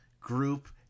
group